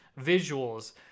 visuals